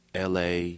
LA